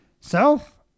self-